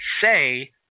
say